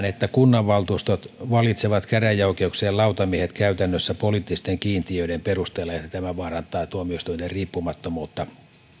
että kunnanvaltuustot valitsevat käräjäoikeuksien lautamiehet käytännössä poliittisten kiintiöiden perusteella ja tämä vaarantaa tuomioistuinten riippumattomuutta